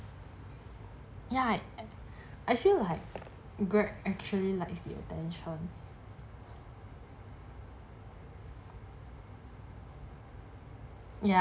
ya I feel like greg actually likes the attentions